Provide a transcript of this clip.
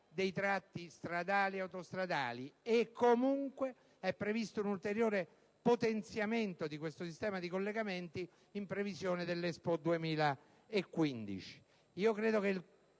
dei tratti stradali e autostradali, e comunque è previsto un ulteriore potenziamento di questo sistema di collegamenti in previsione dell'Expo 2015.